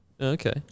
Okay